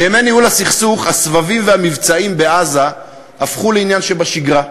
בימי ניהול הסכסוך הסבבים והמבצעים בעזה הפכו לעניין שבשגרה,